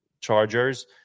chargers